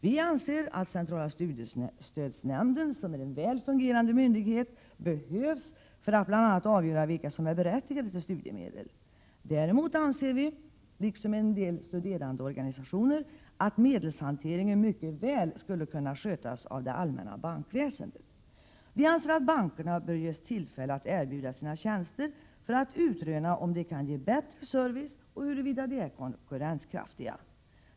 Vi anser att centrala studiestödsnämnden, som är en väl fungerande myndighet, behövs för att bl.a. avgöra vilka som är berättigade till studiemedel. Däremot anser vi — liksom en del studerandeorganisationer — att medelshanteringen mycket väl skulle kunna skötas av det allmänna bankväsendet. Vi anser att bankerna bör ges tillfälle att erbjuda sina tjänster för att utröna om de kan ge bättre service och huruvida de är konkurrenskraftiga.